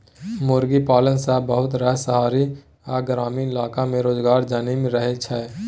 मुर्गी पालन सँ बहुत रास शहरी आ ग्रामीण इलाका में रोजगार जनमि रहल छै